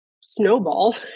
snowball